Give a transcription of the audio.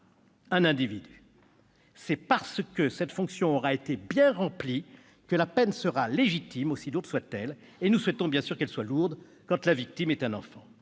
un individu. C'est parce que cette fonction aura été bien remplie que la peine sera légitime, si lourde soit-elle, et nous souhaitons bien sûr qu'elle soit lourde quand la victime est un enfant.